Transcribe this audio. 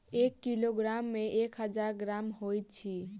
एक किलोग्राम मे एक हजार ग्राम होइत अछि